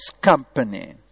Company